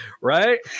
right